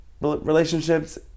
relationships